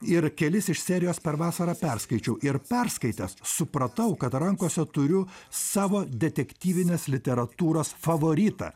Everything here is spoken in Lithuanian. ir kelis iš serijos per vasarą perskaičiau ir perskaitęs supratau kad rankose turiu savo detektyvinės literatūros favoritą